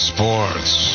Sports